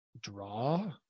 draw